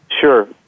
Sure